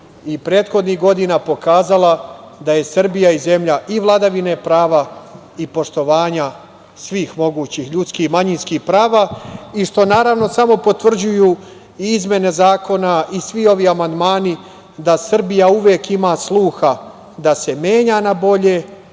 i prethodnih godina pokazala da je Srbija i zemlja i vladavine prava i poštovanja svih mogućih ljudskih i manjinskih prava, i što, naravno, samo potvrđuju izmene zakona i svi ovi amandmani da Srbija uvek ima sluha da se menja na bolje,